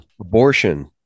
Abortion